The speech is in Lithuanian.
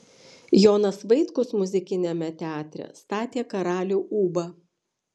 jonas vaitkus muzikiniame teatre statė karalių ūbą